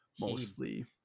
mostly